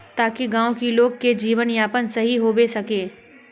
ताकि गाँव की लोग के जीवन यापन सही होबे सके?